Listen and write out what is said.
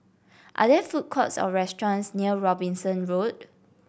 are there food courts or restaurants near Robinson Road